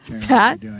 Pat